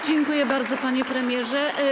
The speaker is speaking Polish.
Dziękuję bardzo, panie premierze.